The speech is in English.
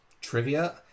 trivia